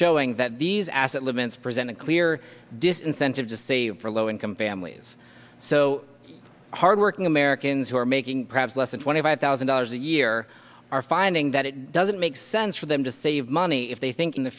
showing that these asset levin's present a clear disincentive to save for low income families so hardworking americans who are making perhaps less than twenty five thousand dollars a year are finding that it doesn't make sense for them to save money if they think in the